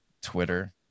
Twitter